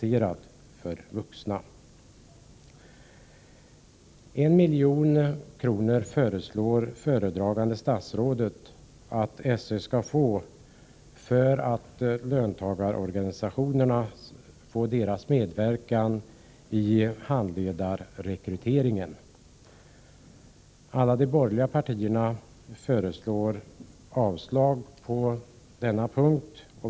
1 milj.kr. föreslår föredragande statsrådet att SÖ skall få för att få löntagarorganisationernas medverkan i handledarrekryteringen. Alla de borgerliga partierna föreslår avslag på denna punkt.